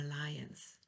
alliance